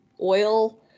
oil